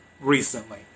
recently